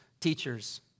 teachers